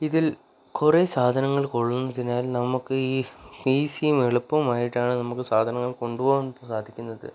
ഇതിൽ കുറെ സാധനങ്ങൾ കൊള്ളുന്നതിനാൽ നമുക്ക് ഈ ഈസിയും എളുപ്പവും ആയിട്ടാണ് നമുക്ക് സാധനങ്ങൾ കൊണ്ടുപോകാൻ സാധിക്കുന്നത്